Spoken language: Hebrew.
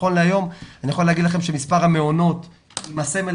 נכון להיום אני יכול לומר לכם שמספר המעונות עם הסמל,